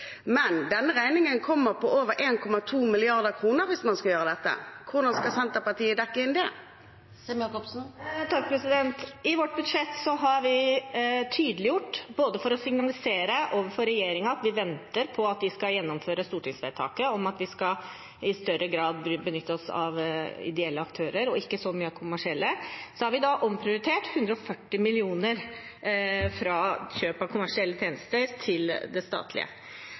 Men hvis man skal gjøre dette, kommer denne regningen på over 1,2 mrd. kr. Hvordan skal Senterpartiet dekke inn det? I vårt budsjett har vi tydeliggjort dette. Også for å signalisere overfor regjeringen at vi venter på at de skal gjennomføre stortingsvedtaket om at vi i større grad skal benytte oss av ideelle aktører og ikke så mye kommersielle, har vi omprioritert 140 mill. kr fra kjøp av kommersielle tjenester til det statlige.